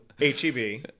H-E-B